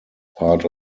part